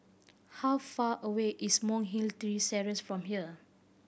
how far away is Monk Hill three Terrace from here